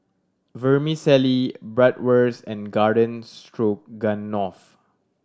Vermicelli Bratwurst and Garden Stroganoff